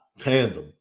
tandem